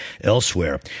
elsewhere